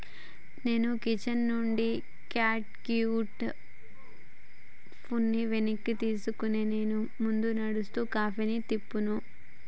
నేను కిచెన్ నుండి cat cute ఫుడ్ని వెనక్కి తీసుకుంటూ నేను ముందు నడుస్తూ కాఫీని తిప్పాను